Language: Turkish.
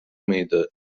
mıydı